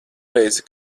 reizi